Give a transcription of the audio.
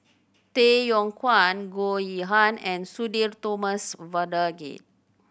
Tay Yong Kwang Goh Yihan and Sudhir Thomas Vadaketh